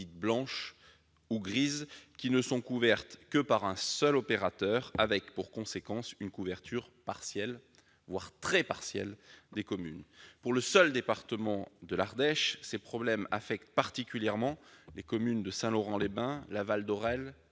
blanches » ou « grises », qui ne sont couvertes que par un seul opérateur, avec pour conséquence une couverture partielle, voire très partielle, des communes concernées. Dans le département de l'Ardèche, ces problèmes affectent particulièrement les communes de Saint-Laurent-les-Bains, de Laval-d'Aurelle,